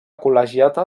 col·legiata